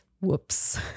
Whoops